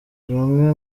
bamwe